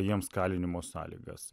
jiems kalinimo sąlygas